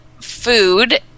food